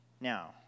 Now